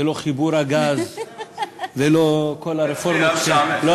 זה לא חיבור הגז, זה לא כל הרפורמות, זה לא